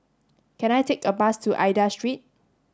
can I take a bus to Aida Street